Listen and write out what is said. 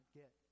get